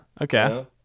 okay